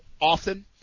often